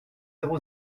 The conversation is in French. zéro